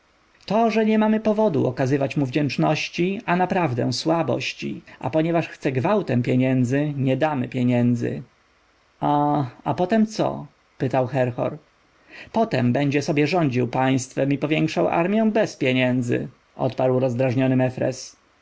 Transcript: to że nie mamy powodu okazywać mu wdzięczności a naprawdę słabości a ponieważ chce gwałtem pieniędzy nie damy pieniędzy a a potem co pytał herhor potem będzie sobie rządził państwem i powiększał armję bez pieniędzy odparł rozdrażniony mefres